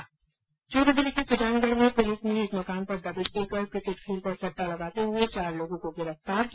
चूरू जिले के सुजान गढ़ में पुलिस ने एक मकान पर दबिश देकर क्रिकेट खेल पर सट्टा करते हुए चार लोगों को गिरफ्तार किया